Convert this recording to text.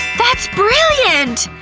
that's brilliant!